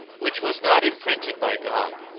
which was not imprinted by god,